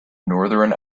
northern